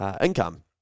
income